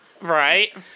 Right